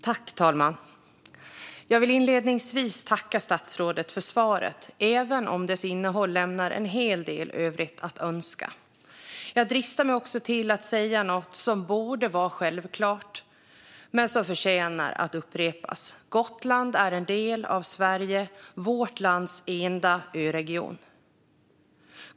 Fru talman! Jag vill inledningsvis tacka statsrådet för svaret även om dess innehåll lämnar en hel del övrigt att önska. Jag dristar mig också till att säga något som borde vara självklart men som förtjänar att upprepas: Gotland är en del av Sverige, vårt lands enda öregion.